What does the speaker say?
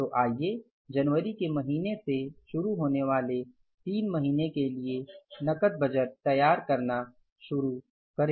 तो आइए जनवरी के महीने से शुरू होने वाले तीन महीनों के लिए नकद बजट तैयार करना शुरू करें